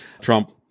Trump